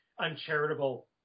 uncharitable